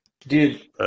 Dude